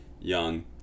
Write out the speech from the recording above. young